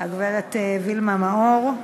והגברת וילמה מאור,